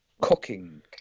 Cooking